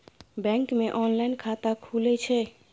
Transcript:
Bank मे online खाता खुले छै?